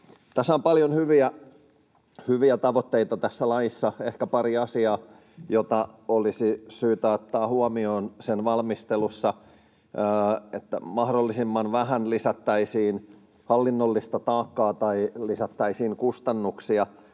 laissa on paljon hyviä tavoitteita. Ehkä pari asiaa, joita olisi syytä ottaa huomioon sen valmistelussa, on, että mahdollisimman vähän lisättäisiin hallinnollista taakkaa tai lisättäisiin kustannuksia.